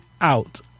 out